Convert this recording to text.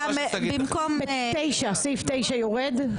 סעיף 9 יורד?